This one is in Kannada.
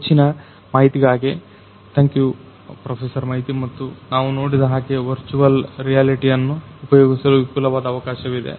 ಹೆಚ್ಚಿನ ಮಾಹಿತಿಗಾಗಿ ಥ್ಯಾಂಕ್ಯು ಪ್ರೊಫೆಸರ್ ಮೈತಿ ಮತ್ತು ನಾವು ನೋಡಿದ ಹಾಗೆ ವರ್ಚುವಲ್ ರಿಯಾಲಿಟಿಯನ್ನ ಉಪಯೋಗಿಸಲು ವಿಪುಲವಾದ ಅವಕಾಶವಿದೆ